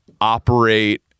operate